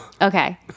Okay